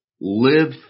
live